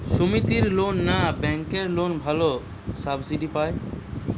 সমিতির লোন না ব্যাঙ্কের লোনে ভালো সাবসিডি পাব?